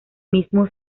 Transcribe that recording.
mismo